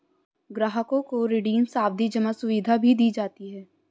ग्राहकों को रिडीम सावधी जमा सुविधा भी दी जाती है